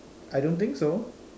I don't think so